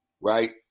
right